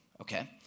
okay